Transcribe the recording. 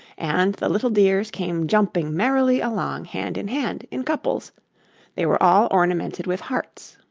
and the little dears came jumping merrily along hand in hand, in couples they were all ornamented with hearts.